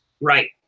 Right